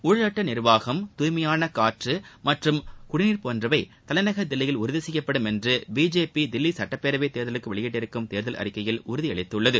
ஊழல் அற்ற நிர்வாகம் தூய்மையான காற்று மற்றும் குடிநீர் போன்றவை தலைநகர் தில்லியில் உறுதி செய்யப்படும் என்று பிஜேபி தில்லி சுட்டப்பேரவை தேர்தலுக்கு வெளியிட்டிருக்கும் தேர்தல் அறிக்கையில் உறுதி அளித்துள்ளது